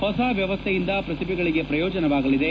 ಹೊಸ ವ್ಯವಸ್ಥೆಯಿಂದ ಪ್ರತಿಭೆಗಳಿಗೆ ಪ್ರಯೋಜನವಾಗಲಿದೆ